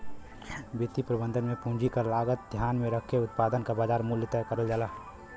वित्तीय प्रबंधन में पूंजी क लागत ध्यान में रखके उत्पाद क बाजार मूल्य तय करल जाला